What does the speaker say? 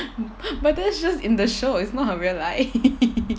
but this just in the show it's not a real life